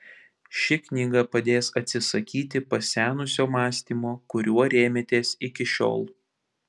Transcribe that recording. ši knyga padės atsisakyti pasenusio mąstymo kuriuo rėmėtės iki šiol